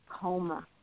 coma